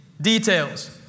details